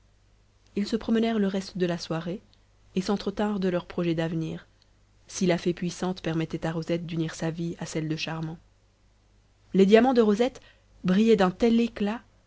ils se promenèrent le reste de la soirée et s'entretinrent de leurs projets d'avenir si la fée puissante permettait à rosette d'unir sa vie à celle de charmant les diamants de rosette brillaient d'un tel éclat